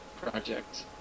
project